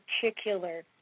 particular